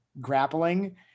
grappling